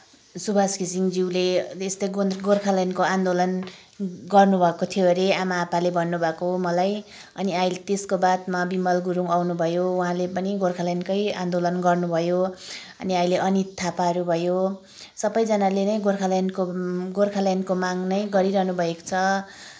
सुवास घिसिङज्युले यस्तै गोर्खाल्यान्डको आन्दोलन गर्नुभएको थियो अरे आम्मा आप्पाले भन्नुभएको मलाई अनि अहिले त्यसको बादमा बिमल गुरूङ आउनुभयो उहाँले पनि गोर्खाल्यान्डकै आन्दोलन गर्नुभयो अनि अहिले अनित थापाहरू भयो सबैजनाले नै गोर्खाल्यान्डको गोर्खाल्यान्डको मागनै गरिरहनु भएको छ